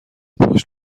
پشت